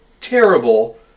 terrible